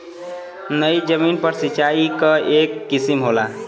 नयी जमीन पर सिंचाई क एक किसिम होला